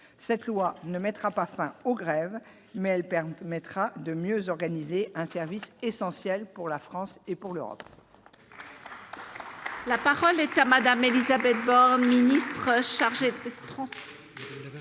cette loi ne mettra pas fin aux grèves, mais elle permettra de mieux organiser un service essentiel pour la France et pour l'Europe.